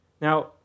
Now